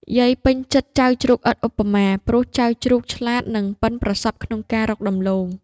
យាយពេញចិត្ដចៅជ្រូកឥតឧបមា ព្រោះចៅជ្រូកឆ្លាត និងប៉ិនប្រសប់ក្នុងការរកដំឡូង។